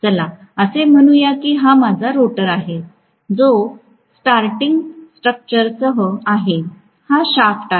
चला असे म्हणूया की हा माझा रोटर आहे जो स्ट्रॉटरिंग स्ट्रक्चरसह आहे हा शाफ्ट आहे